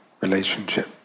relationship